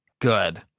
Good